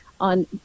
on